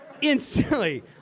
instantly